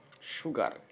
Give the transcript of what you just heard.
Sugar